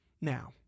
now